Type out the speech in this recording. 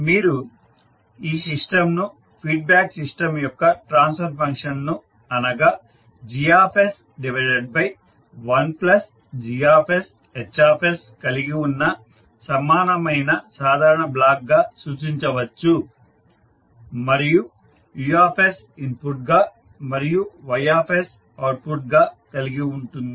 మీరు ఈ సిస్టంను ఫీడ్బ్యాక్ సిస్టం యొక్క ట్రాన్స్ఫర్ ఫంక్షన్ను అనగా G 1 GsH కలిగి ఉన్న సమానమైన సాధారణ బ్లాక్గా సూచించవచ్చు మరియు U ఇన్పుట్గా మరియు Y అవుట్పుట్గా కలిగి ఉంటుంది